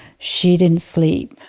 she didn't sleep.